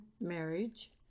marriage